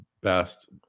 best